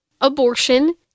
abortion